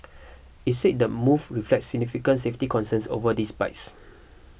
it said the move reflects significant safety concerns over these bikes